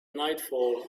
nightfall